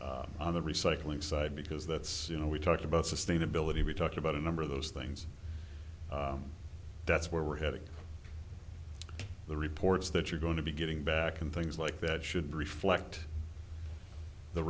line on the recycling side because that's you know we talked about sustainability we talked about a number of those things that's where we're headed the reports that you're going to be getting back and things like that should reflect the